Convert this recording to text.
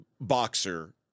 boxer